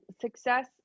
success